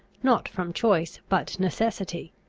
not from choice, but necessity.